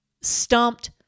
stumped